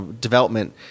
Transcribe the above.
development